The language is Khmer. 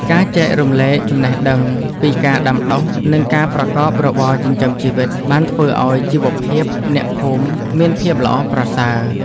ការចែករំលែកចំណេះដឹងពីការដាំដុះ និងការប្រកបរបរចិញ្ចឹមជីវិត បានធ្វើឱ្យជីវភាពអ្នកភូមិមានភាពល្អប្រសើរ។